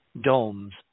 domes